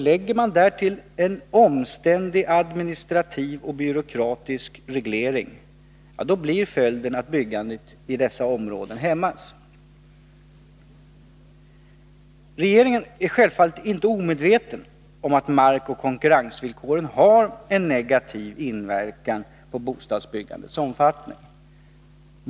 Lägger man därtill en omständlig administrativ och byråkratisk reglering blir följden att byggandet i dessa områden hämmas. Regeringen är självfallet inte omedveten om att markoch konkurrens villkoren har en negativ inverkan på bostadsbyggandets omfattning.